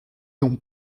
donc